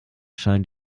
scheint